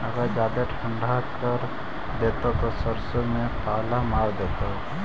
अगर जादे ठंडा कर देतै तब सरसों में पाला मार देतै का?